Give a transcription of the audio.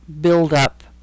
buildup